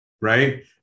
right